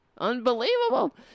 Unbelievable